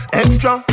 extra